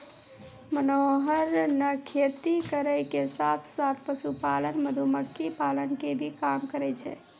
मनोहर नॅ खेती करै के साथॅ साथॅ, पशुपालन, मधुमक्खी पालन के भी काम करै छै